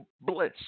bliss